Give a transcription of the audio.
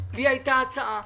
הייתה לי הצעה.